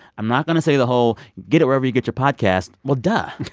i'm not going to say the whole get it wherever you get your podcast. well, duh